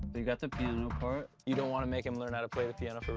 they got the piano part. you don't wanna make him learn how to play the piano for